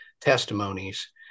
testimonies